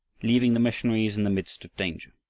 leaving the missionaries in the midst of danger.